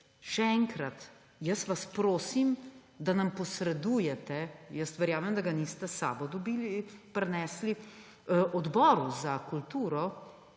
še enkrat, prosim vas, da nam posredujete, jaz verjamem, da ga niste s sabo prinesli, Odboru za kulturo